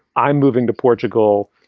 i'm moving to portugal,